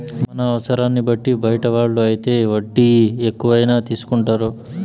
మన అవసరాన్ని బట్టి బయట వాళ్ళు అయితే వడ్డీ ఎక్కువైనా తీసుకుంటారు